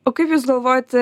o kaip jūs galvojat